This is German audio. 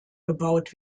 gebaut